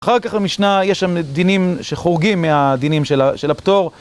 אחר כך במשנה יש שם דינים שחורגים מהדינים של הפטור.